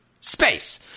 space